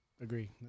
agree